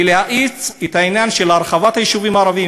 ולהאיץ את העניין של הרחבת היישובים הערביים